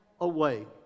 away